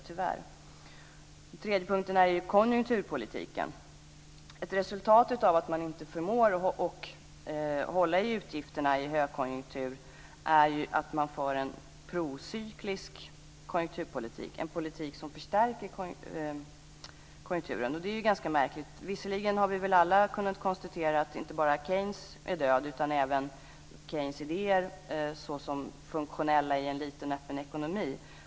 Den tredje punkten är ju konjunkturpolitiken. Ett resultat av att man inte förmår att hålla i utgifterna i en högkonjunktur är ju att man för en procyklisk konjunkturpolitik, en politik som förstärker konjunkturen. Och det är ju ganska märkligt. Visserligen har vi väl alla kunnat konstatera att inte bara Keynes är död utan även Keynes idéer såsom funktionella i en liten öppen ekonomi.